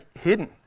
hidden